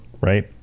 right